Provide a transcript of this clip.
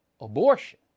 abortion